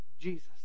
Jesus